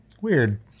weird